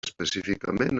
específicament